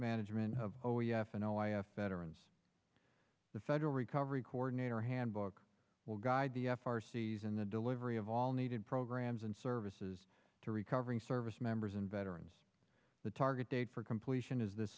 management of veterans the federal recovery coordinator handbook will guide the f r c s in the delivery of all needed programs and services to recovering service members and veterans the target date for completion is this